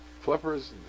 flippers